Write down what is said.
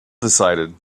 decided